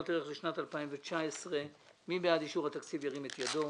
לשנת 2019. מי בעד אישור התקציב, ירים את ידו.